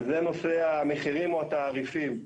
וזה נושא המחירים או התעריפים.